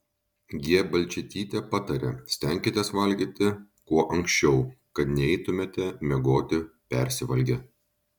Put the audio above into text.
g balčytytė patarė stenkitės valgyti kuo anksčiau kad neeitumėte miegoti persivalgę